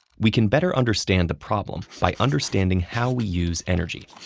we can better understand the problem by understanding how we use energy.